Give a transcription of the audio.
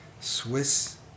Swiss